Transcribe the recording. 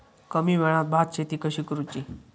कमी वेळात भात शेती कशी करुची?